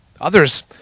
Others